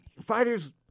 fighters